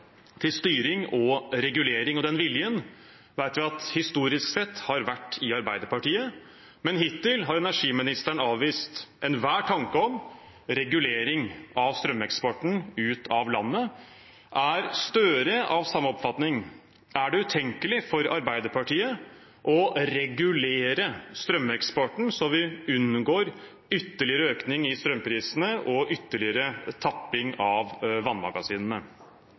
til styring og regulering. Den viljen vet vi at historisk sett har vært i Arbeiderpartiet, men hittil har energiministeren avvist enhver tanke om regulering av strømeksporten ut av landet. Er Støre av samme oppfatning? Er det utenkelig for Arbeiderpartiet å regulere strømeksporten så vi unngår ytterligere økning i strømprisene og ytterligere tapping av vannmagasinene?